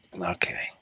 Okay